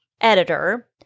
editor